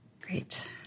Great